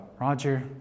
Roger